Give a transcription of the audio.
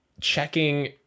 checking